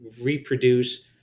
reproduce